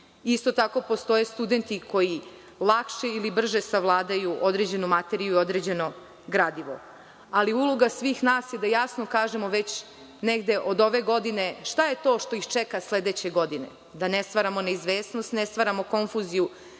Isto tako, postoje studenti koji lakše ili brže savladaju određenu materiju i određeno gradivo. Uloga svih nas jeste da jasno kažemo, već negde od ove godine, šta je to što ih čeka sledeće godine, da ne stvaramo neizvesnost, da ne stvaramo konfuziju